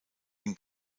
den